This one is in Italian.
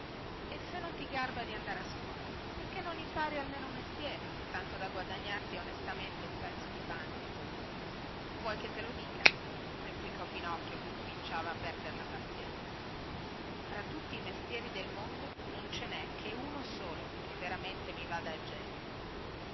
e se non ti garba di andare a scuola perché non impari almeno un mestiere tanto da guadagnarti onestamente un pezzo di pane vuoi che te lo dica replicò pinocchio che cominciava a perdere la pazienza fra tutti i mestieri del mondo non ce nè che uno solo che veramente mi vada a genio